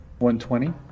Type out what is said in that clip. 120